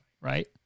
right